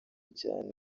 cyane